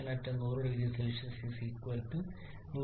40 kJkg Psat 1000C 101